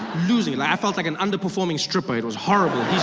losing it. i felt like an under performing stripper, it was horrible.